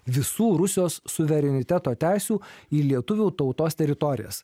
visų rusijos suvereniteto teisių į lietuvių tautos teritorijas